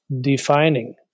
defining